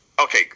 okay